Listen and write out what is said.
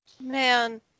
man